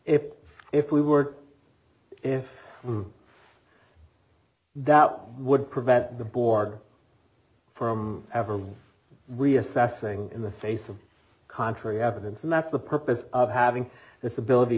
if if we were if that would prevent the board from ever reassessing in the face of contrary evidence and that's the purpose of having this ability